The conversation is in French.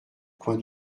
coin